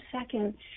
second